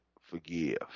forgive